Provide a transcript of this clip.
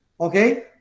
okay